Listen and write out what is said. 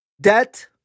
Debt